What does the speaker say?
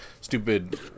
stupid